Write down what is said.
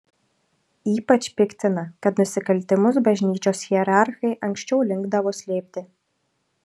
ypač piktina kad nusikaltimus bažnyčios hierarchai anksčiau linkdavo slėpti